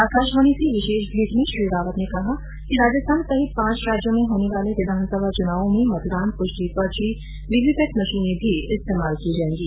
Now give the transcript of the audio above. आकाशवाणी से विशेष भेंट में श्री रावत ने कहा कि राजस्थान सहित पांच राज्यों में होने वाले विधानसभा चुनावों में मतदान पुष्टि पर्ची वीवी पैट मशीनें भी इस्तेमाल की जाएंगी